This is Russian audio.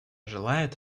желает